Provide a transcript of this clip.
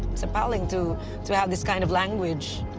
it's appalling to to have this kind of language,